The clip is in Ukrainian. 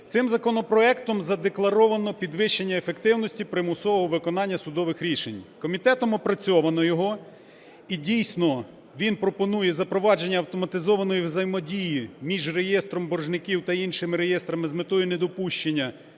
Цим законопроектом задекларовано підвищення ефективності примусового виконання судових рішень. Комітетом опрацьовано його. І дійсно, він пропонує запровадження автоматизованої взаємодії між реєстром боржників та іншими реєстрами з метою недопущення